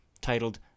titled